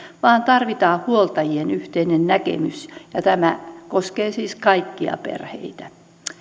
vaan tarvitaan huoltajien yhteinen näkemys tämä koskee siis kaikkia perheitä